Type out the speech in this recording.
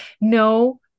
no